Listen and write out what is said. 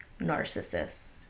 narcissists